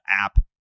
app